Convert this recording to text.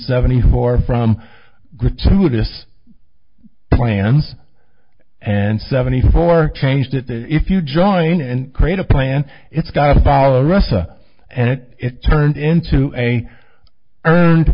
seventy four from gratuitous plans and seventy four change that if you join and create a plan it's got to follow a recipe and it turned into a earned